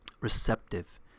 receptive